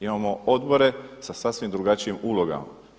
Imamo odbore sa sasvim drugačijim ulogama.